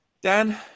Dan